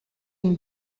une